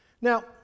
Now